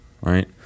right